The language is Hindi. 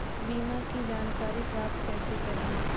बीमा की जानकारी प्राप्त कैसे करें?